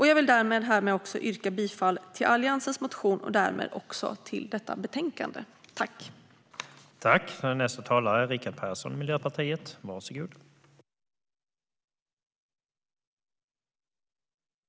Jag yrkar härmed bifall till Alliansens motion och därmed också till utskottets förslag i betänkandet.